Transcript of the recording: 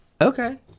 Okay